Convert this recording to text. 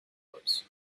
horse